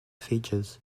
features